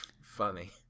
funny